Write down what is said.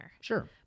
sure